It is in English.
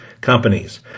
companies